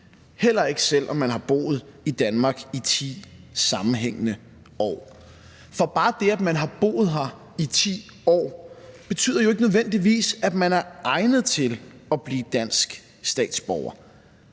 heller ikke selv om man har boet i Danmark i 10 sammenhængende år. For bare det, at man har boet her i 10 år, betyder jo ikke nødvendigvis, at man er egnet til at blive dansk statsborger.